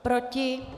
Proti?